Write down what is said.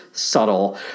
Subtle